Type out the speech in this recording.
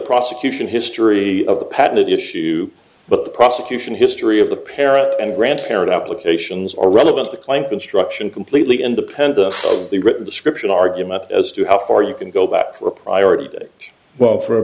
prosecution history of the patent issue but the prosecution history of the parent and grandparent applications are relevant the client construction completely independent of the written description argument as to how far you can go back for a priority well for a